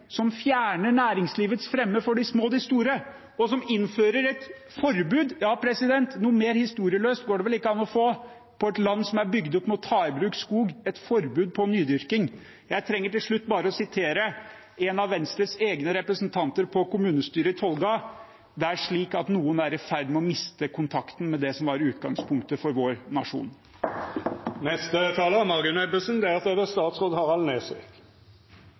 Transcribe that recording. som fjerner næringslivets fremme for de små og de store, og som innfører et forbud mot nydyrking? Mer historieløs går det vel ikke an å bli i et land som er bygd opp ved å ta i bruk skog. Jeg trenger til slutt bare å sitere en av Venstres egne representanter i kommunestyret i Tolga: Det er slik at noen er i ferd med å miste kontakten med det som var utgangspunktet for vår nasjon. Jeg følte behov for å ta ordet her nå, for nå snakkes det